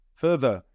further